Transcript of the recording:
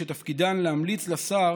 שתפקידן להמליץ לשר